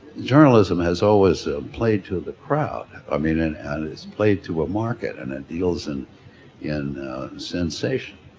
journalism has always ah played to the crowd, i mean, and and it's played to a market and it deals and in sensation.